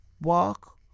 walk